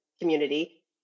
community